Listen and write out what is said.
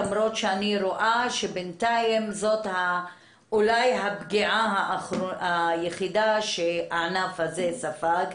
למרות שאני רואה שבינתיים זאת אולי הפגיעה היחידה שהענף הזה ספג,